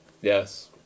Yes